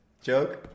joke